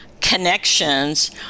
connections